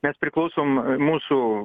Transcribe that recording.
mes priklausom mūsų